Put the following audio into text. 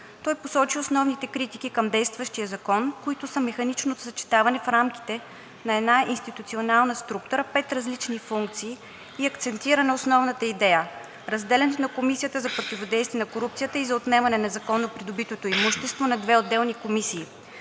Той посочи основните критики към действащия закон, които са механичното съчетаване в рамките на една институционална структура на пет различни функции и акцентира на основната идея: разделянето на Комисията за противодействие на корупцията и за отнемане на незаконно придобитото имущество на две отделни комисии